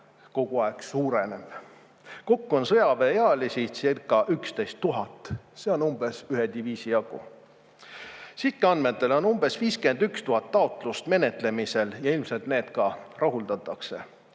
kogu aeg suureneb. Kokku on sõjaväeealisicirca11 000, see on umbes ühe diviisi jagu. SITKE andmetel on umbes 51 000 taotlust menetlemisel ja ilmselt need ka rahuldatakse.